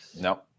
No